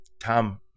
Tom